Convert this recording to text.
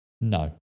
No